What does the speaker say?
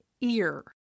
ear